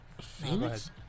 Phoenix